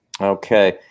Okay